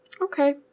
Okay